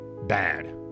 Bad